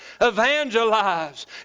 Evangelize